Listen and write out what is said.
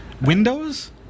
Windows